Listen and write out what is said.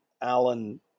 Alan